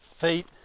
feet